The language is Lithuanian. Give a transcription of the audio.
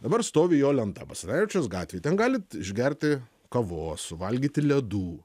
dabar stovi jo lenta basanavičiaus gatvėj ten galit išgerti kavos suvalgyti ledų